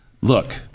look